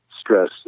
stress